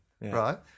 right